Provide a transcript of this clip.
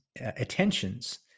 attentions